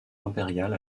impérial